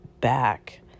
back